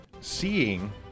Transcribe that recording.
seeing